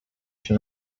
się